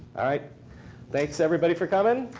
all right. thanks, everybody, for coming.